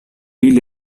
ili